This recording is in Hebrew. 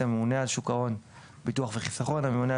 התשמ"ח 1988; "הממונה על שוק ההון ביטוח וחיסכון" הממונה על